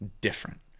different